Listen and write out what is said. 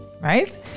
right